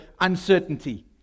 uncertainty